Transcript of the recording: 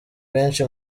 bwinshi